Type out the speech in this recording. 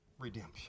redemption